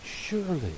surely